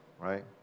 right